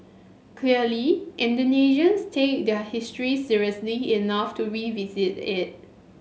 clearly Indonesians take their history seriously enough to revisit it